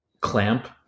clamp